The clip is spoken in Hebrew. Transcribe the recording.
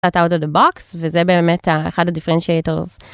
וזה באמת אחת הדיפרנציאטור.